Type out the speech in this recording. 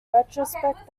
retrospect